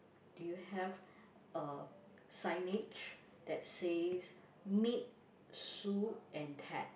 do you have a signage that says meet Su and pet